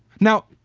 now,